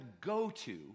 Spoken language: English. go-to